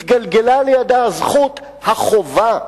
התגלגלה לידה הזכות, החובה,